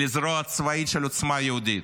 לזרוע צבאית של עוצמה יהודית,